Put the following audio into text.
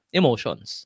emotions